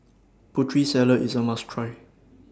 Putri Salad IS A must Try